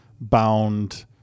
bound